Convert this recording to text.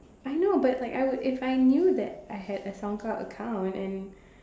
I know but like I would if I knew that I had a Soundcloud account and